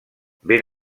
ben